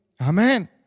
Amen